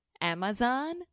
Amazon